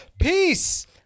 Peace